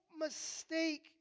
mistake